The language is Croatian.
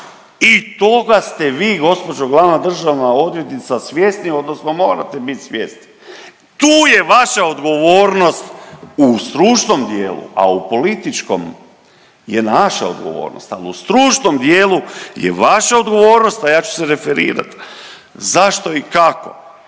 I toga ste vi gospođo glavna državna odvjetnica svjesni, odnosno morate bit svjesni. Tu je vaša odgovornost u stručnom dijelu, a u političkom je naša odgovornost, ali u stručnom dijelu je vaša odgovornost, a ja ću se referirati zašto i kako.